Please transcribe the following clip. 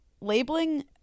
labeling